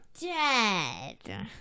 dead